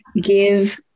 give